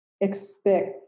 expect